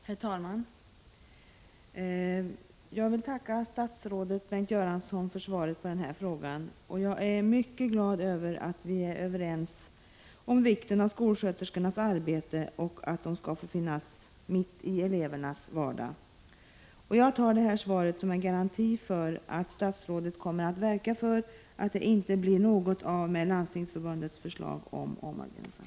Herr talman! Jag vill tacka statsrådet Bengt Göransson för svaret på den här frågan. Jag är mycket glad över att vi är överens om vikten av skolsköterskornas arbete och över att de skall få finnas mitt i elevernas vardag. Jag tar detta svar som en garanti för att statsrådet kommer att verka för att det inte blir något av med Landstingsförbundets förslag om en omorganisation.